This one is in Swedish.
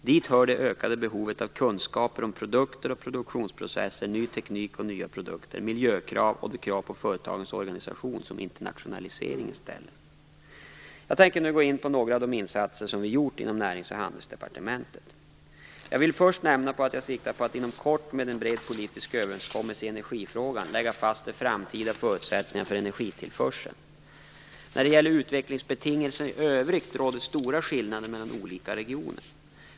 Dit hör det ökade behovet av kunskaper om produkter och produktionsprocesser, ny teknik och nya produkter, miljökrav och de krav på företagens organisation som internationaliseringen ställer. Jag tänker nu närmare gå in på några av de insatser som gjorts inom Närings och handelsdepartementet. Jag vill först nämna att jag siktar på att inom kort, med en bred politisk överenskommelse i energifrågan, lägga fast de framtida förutsättningarna för energitillförseln. När det gäller utvecklingsbetingelserna i övrigt råder stora skillnader mellan olika regioner.